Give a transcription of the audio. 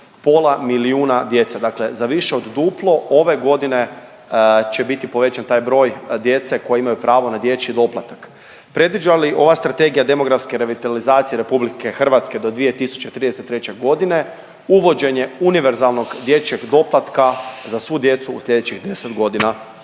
pola milijuna djece, dakle za više od duplo ove godine će biti povećan taj broj djece koja imaju pravo na dječji doplatak. Predviđa li ova Strategija demografske revitalizacije RH do 2033.g. uvođenje univerzalnog dječjeg doplatka za svu djecu u slijedećih 10.g.?